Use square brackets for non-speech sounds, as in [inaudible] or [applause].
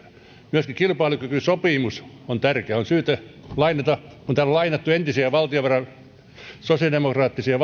myöskin kilpailukykysopimus on tärkeä on syytä lainata kun täällä on lainattu entisiä sosiaalidemokraattisia [unintelligible]